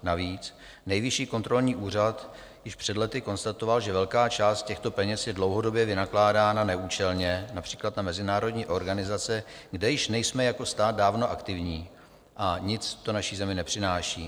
Navíc Nejvyšší kontrolní úřad již před lety konstatoval, že velká část těchto peněz je dlouhodobě vynakládána neúčelné, například na mezinárodní organizace, kde již nejsme jako stát dávno aktivní a nic to naší zemi nepřináší.